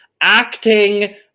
acting